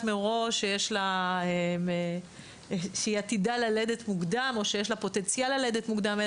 מראש שהיא עתידה ללדת מוקדם או שיש לה פוטנציאל ללדת מוקדם,